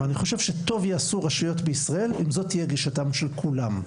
אבל אני חושב שטוב יעשו רשויות בישראל אם זאת תהיה גישתם של כולם,